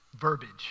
verbiage